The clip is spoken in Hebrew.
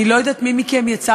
אני לא יודעת מי מכם יצא